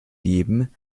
leben